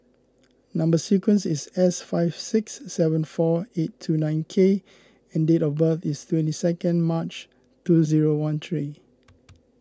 Number Sequence is S five six seven four eight two nine K and date of birth is twenty second March two zero one three